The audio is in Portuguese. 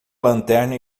lanterna